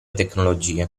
tecnologie